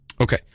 Okay